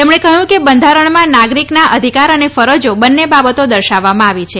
તેમણે કહ્યું કે બંધારણમાં નાગરિકના અધિકાર અને ફરજો બંને બાબતો દર્શાવવામાં આવી છે